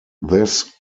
this